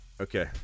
Okay